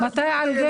מתי יהיה דיון על גפן?